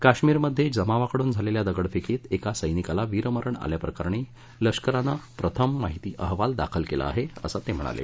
काश्मीरमध्ये जमावाकडून झालेल्या दगडफेकीत एका सैनिकाला वीरमरण आल्याप्रकरणी लष्करानं प्रथम माहिती अहवाल दाखल केला आहे असं ते म्हणाले